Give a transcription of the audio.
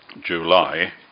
July